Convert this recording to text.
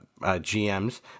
GMs